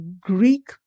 Greek